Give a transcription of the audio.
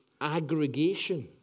aggregation